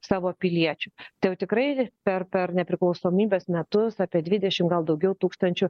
savo piliečių tai jau tikrai per per nepriklausomybės metus apie dvidešim gal daugiau tūkstančių